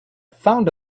found